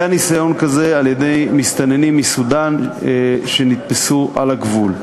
היה ניסיון כזה של מסתננים מסודאן שנתפסו על הגבול.